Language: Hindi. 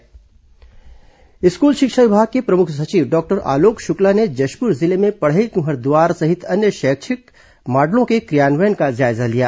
शिक्षा सचिव अवलोकन स्कूल शिक्षा विभाग के प्रमुख सचिव डॉक्टर आलोक शुक्ला ने जशपुर जिले में पढ़ई तुंहर दुआर सहित अन्य शैक्षिक मॉडलों के क्रि यान्वयन का जायला लिया